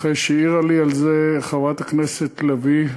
אחרי שהעירה לי על זה חברת הכנסת לביא,